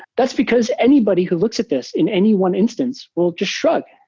that's because anybody who looks at this in any one instance will just shrug.